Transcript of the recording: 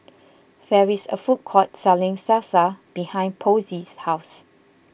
there is a food court selling Salsa behind Posey's house